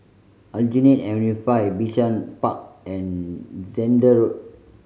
Aljunied Avenue Five Bishan Park and Zehnder